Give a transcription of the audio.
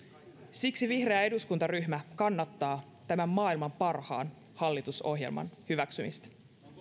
siksi vihreä eduskuntaryhmä kannattaa tämän maailman parhaan hallitusohjelman hyväksymistä